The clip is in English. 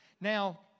Now